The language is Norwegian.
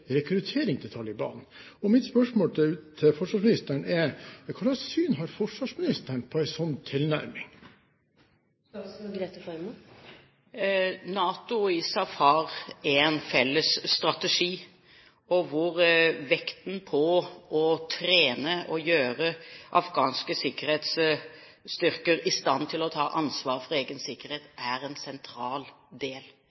rekruttering til Taliban. Mitt spørsmål til forsvarsministeren er: Hvilket syn har forsvarsministeren på en sånn tilnærming? NATO og ISAF har en felles strategi, hvor vekten på å trene og gjøre afghanske sikkerhetsstyrker i stand til å ta ansvar for egen